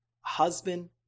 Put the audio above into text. husband